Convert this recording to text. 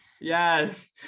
yes